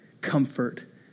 comfort